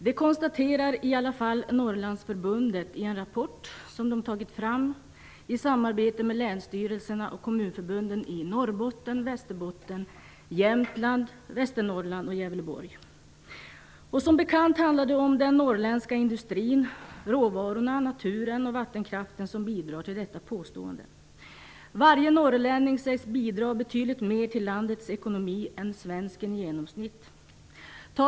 Det konstaterar i alla fall Norrlandsförbundet i en rapport som man tagit fram i samarbete med länsstyrelserna och kommunförbunden i Norrbotten, Västerbotten, Jämtland, Västernorrland och Gävleborg. Som bekant är det den norrländska industrin, råvarorna, naturen och vattenkraften som bidrar till detta påstående. Varje norrlänning sägs bidra betydligt mer till landets ekonomi än svensken i genomsnitt.